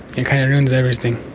it kinda ruins everything.